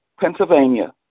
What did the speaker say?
Pennsylvania